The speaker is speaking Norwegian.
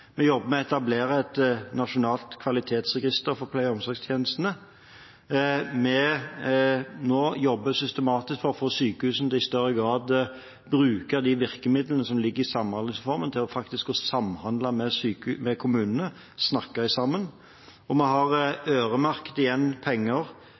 Vi jobber med å etablere et nasjonalt kvalitetsregister for pleie- og omsorgstjenestene. Vi jobber nå systematisk for å få sykehusene til i større grad å bruke de virkemidlene som ligger i Samhandlingsreformen, til faktisk å samhandle med kommunene, snakke sammen. Vi har, igjen, øremerket penger